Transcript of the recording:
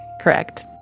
Correct